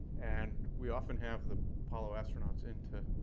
and we often have the apollo astronauts in to